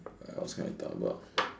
alright what else can I talk about